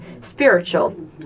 spiritual